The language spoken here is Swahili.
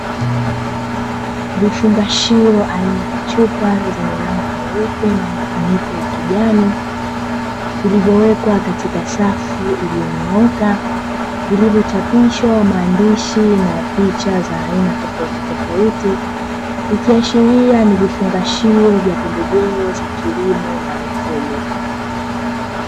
Vifungashio aina ya chupa zenye rangi nyeupe na mifuniko ya kijani, vilivyowekwa katika safu iliyonyooka, vilivyochapishwa maandishi na picha za aina tofautitofauti, ikiashiria ni vifungashio vya pembejeo za kilimo na mifugo.